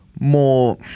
more